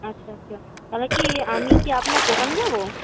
আচ্ছা আচ্ছা তাহলে কি আমি কি আপনার দোকানে যাবো